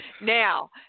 Now